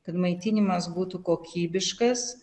kad maitinimas būtų kokybiškas